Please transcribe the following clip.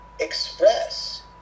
express